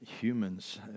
humans